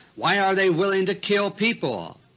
why are they willing to kill people?